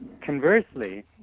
Conversely